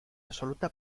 absoluta